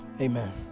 amen